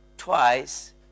twice